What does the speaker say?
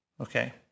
okay